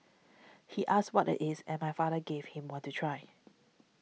he asked what are is and my father gave him one to try